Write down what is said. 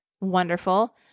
wonderful